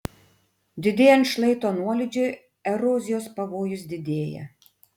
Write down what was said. didėjant šlaito nuolydžiui erozijos pavojus didėja